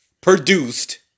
produced